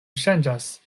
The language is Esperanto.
ŝanĝas